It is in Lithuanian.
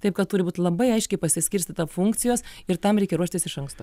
taip kad turi būt labai aiškiai pasiskirstyta funkcijos ir tam reikia ruoštis iš anksto